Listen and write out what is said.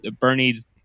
Bernie's